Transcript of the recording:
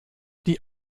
die